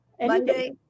Monday